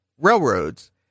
railroads